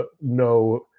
no –